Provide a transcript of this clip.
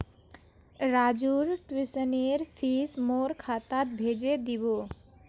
राजूर ट्यूशनेर फीस मोर खातात भेजे दीबो